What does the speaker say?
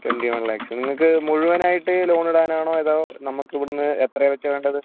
twenty one lakhs നിങ്ങൾക്ക് മുഴുവനായിട്ട് ലോണിടാനാണോ അതോ നമുക്കിവിടുന്നു എത്രയാന്ന് വെച്ചാണ് വേണ്ടത്